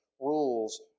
rules